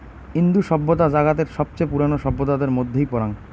ইন্দু সভ্যতা জাগাতের সবচেয়ে পুরোনো সভ্যতাদের মধ্যেই পরাং